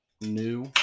new